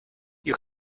you